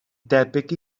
debyg